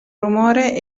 rumore